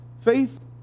faith